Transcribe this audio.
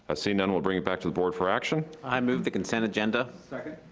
i see none we'll bring it back to the board for action. i move the consent agenda. second.